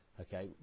Okay